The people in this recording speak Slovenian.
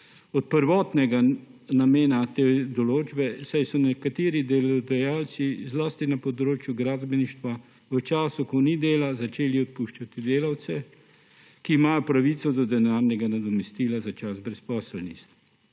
od prvotnega namena te določbe, saj so nekateri delodajalci, zlasti na področju gradbeništva, v času, ko ni dela, začeli odpuščati delavce, ki imajo pravico do denarnega nadomestila za čas brezposelnosti.